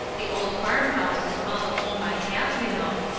the old farm-house is all the home i have, you know.